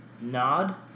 nod